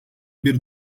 bir